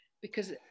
because-